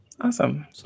Awesome